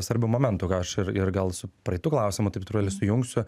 svarbių momentų ką aš ir ir gal su praeitu klausimu taip truputėlį sujungsiu